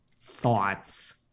thoughts